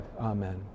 Amen